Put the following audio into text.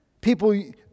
People